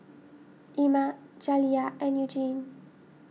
Ima Jaliyah and Eugene